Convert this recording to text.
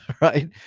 right